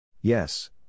Yes